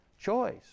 choice